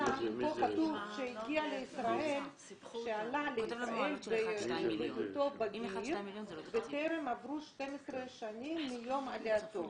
פה כתוב שעלה לישראל בהיותו בגיר וטרם עברו 12 שנים מיום עלייתו.